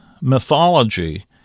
mythology –